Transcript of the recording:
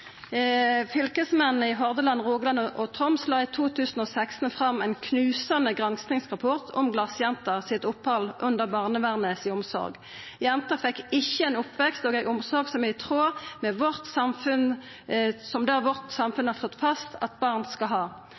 i Hordaland, Rogaland og Troms la i 2016 fram ein knusande granskingsrapport om glasjentas opphald under barnevernets omsorg. Jenta fekk ikkje ein oppvekst og ei omsorg som det vårt samfunn har slått fast at barn skal ha.